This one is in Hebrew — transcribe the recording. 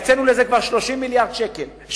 הקצינו לזה כבר 30 מיליון שקל,